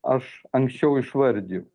aš anksčiau išvardijau